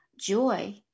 joy